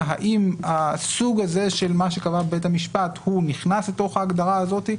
האם הסוג הזה שקבע בית המשפט הוא נכנס לתוך ההגדרה הזאת.